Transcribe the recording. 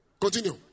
Continue